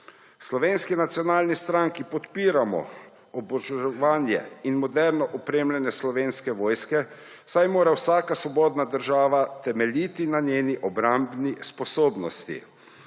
Slovenski nacionalni stranki podpiramo oboroževanje in moderno opremljanje Slovenske vojske, saj mora vsaka svobodna država temeljiti na svoji obrambni sposobnosti.